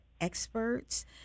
experts